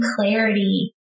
clarity